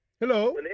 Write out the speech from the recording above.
Hello